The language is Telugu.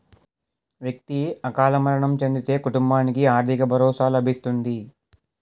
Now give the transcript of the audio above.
వ్యక్తి అకాల మరణం చెందితే కుటుంబానికి ఆర్థిక భరోసా లభిస్తుంది